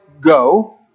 go